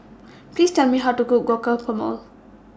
Please Tell Me How to Cook